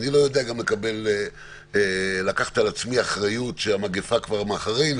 אני גם לא יודע לקחת על עצמי אחריות שהמגפה כבר מאחורינו.